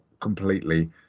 completely